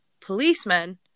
policemen